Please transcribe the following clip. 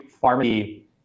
pharmacy